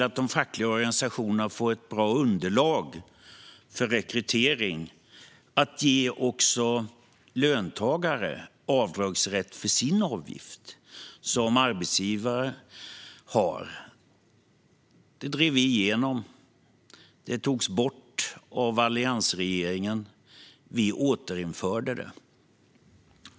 Att de fackliga organisationerna får ett bra underlag för rekrytering genom att också löntagare får avdragsrätt för sin avgift så som arbetsgivare har för sin, det drev vi igenom. Det togs bort av alliansregeringen. Vi återinförde det.